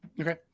Okay